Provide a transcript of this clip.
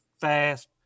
fast